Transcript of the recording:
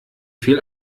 viel